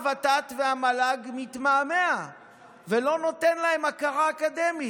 הוות"ת והמל"ג מתמהמהים ולא נותנים להם הכרה אקדמית,